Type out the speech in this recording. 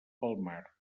palmar